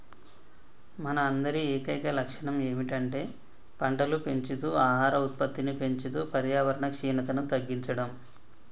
మన అందరి ఏకైక లక్షణం ఏమిటంటే పంటలు పెంచుతూ ఆహార ఉత్పత్తిని పెంచుతూ పర్యావరణ క్షీణతను తగ్గించడం